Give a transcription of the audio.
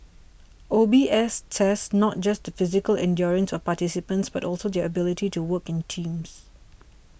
O B S tests not just physical endurance of participants but also their ability to work in teams